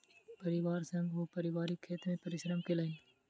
परिवार संग ओ पारिवारिक खेत मे परिश्रम केलैन